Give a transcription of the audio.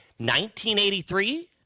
1983